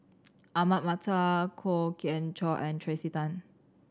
Ahmad Mattar Kwok Kian Chow and Tracey Tan